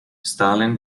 stalin